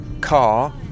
car